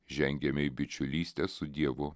žengiame į bičiulystę su dievu